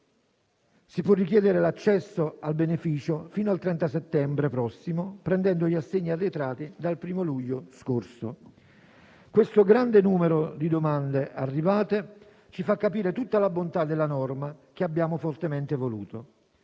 Si può richiedere l'accesso al beneficio fino al 30 settembre prossimo, prendendo gli assegni arretrati dal 1° luglio scorso. Questo grande numero di domande pervenute ci fa capire tutta la bontà della norma che abbiamo fortemente voluto.